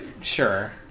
sure